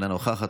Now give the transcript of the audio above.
אינה נוכחת,